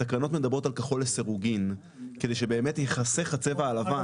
התקנות מדברות על כחול לסירוגין כדי שבאמת ייחסך הצבע הלבן.